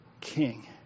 king